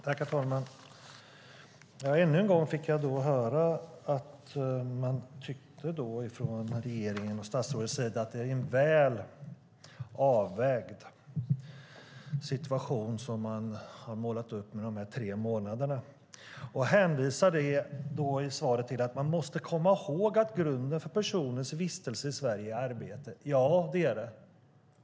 Herr talman! Ännu en gång fick jag höra att regeringen och statsrådet tycker att det är en väl avvägd situation som man har målat upp med de här tre månaderna, och i svaret hänvisas det till att man måste komma ihåg att grunden för personens vistelse i Sverige är arbete. Ja, det är det.